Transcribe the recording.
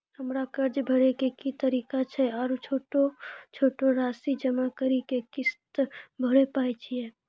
हमरा कर्ज भरे के की तरीका छै आरू छोटो छोटो रासि जमा करि के किस्त भरे पारे छियै?